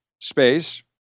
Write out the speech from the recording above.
space